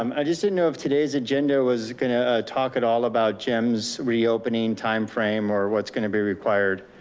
um i just didn't know if today's agenda was gonna talk at all about gyms reopening timeframe or what's gonna be required.